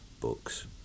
books